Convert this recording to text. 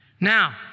Now